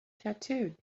tattooed